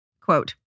Quote